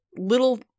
little